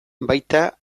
baita